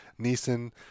Nissan